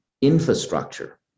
infrastructure